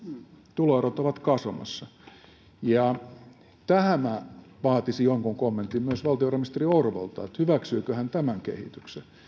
tuloerot ovat kasvamassa tähän minä vaatisin jonkun kommentin myös valtiovarainministeri orpolta hyväksyykö hän tämän kehityksen